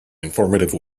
informative